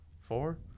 four